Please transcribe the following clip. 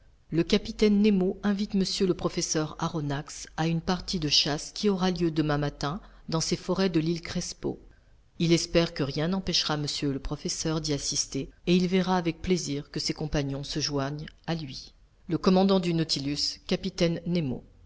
le capitaine nemo invite monsieur le professeur aronnax à une partie de chasse qui aura lieu demain matin dans ses forêts de l'île crespo il espère que rien n'empêchera monsieur le professeur d'y assister et il verra avec plaisir que ses compagnons se joignent à lui le commandant du nautilus capitaine nemo